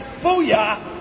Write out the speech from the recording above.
Booyah